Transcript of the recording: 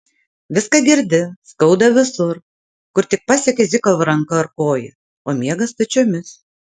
viską girdi skauda visur kur tik pasiekė zykovo ranka ar koja o miega stačiomis